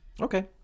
okay